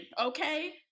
Okay